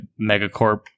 Megacorp